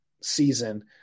season